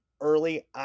early